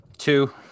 Two